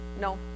No